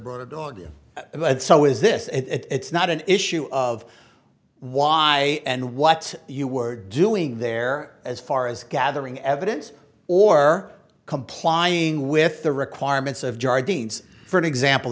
brought a dog in but so is this it's not an issue of why and what you were doing there as far as gathering evidence or complying with the requirements of jarred teens for example